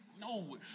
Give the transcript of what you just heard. no